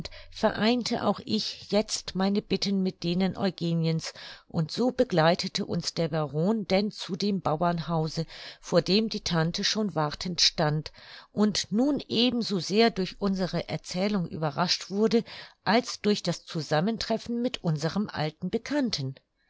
vereinte auch ich jetzt meine bitten mit denen eugeniens und so begleitete uns der baron denn zu dem bauernhause vor dem die tante schon wartend stand und nun eben so sehr durch unsere erzählung überrascht wurde als durch das zusammentreffen mit unserem alten bekannten